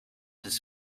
his